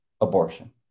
abortion